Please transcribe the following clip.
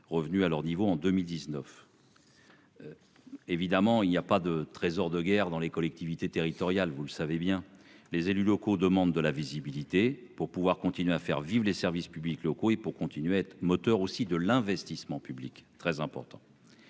revenues à leur niveau de 2019. Évidemment, il n'y a pas de trésor de guerre dans les collectivités territoriales. Eh non ! Cela se saurait ! Les élus locaux demandent donc de la visibilité pour pouvoir continuer de faire vivre les services publics locaux et d'être moteurs de l'investissement public, ce qui est très important.